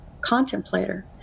contemplator